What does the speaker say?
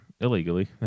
illegally